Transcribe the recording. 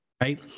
right